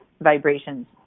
vibrations